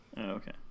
Okay